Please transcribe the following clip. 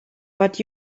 but